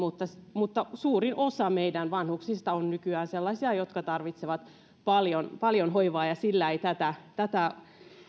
mutta suurin osa meidän vanhuksistamme on nykyään sellaisia jotka tarvitsevat paljon paljon hoivaa joten tällä ei tätä tätä